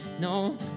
No